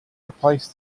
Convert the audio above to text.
replace